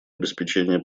обеспечения